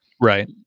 Right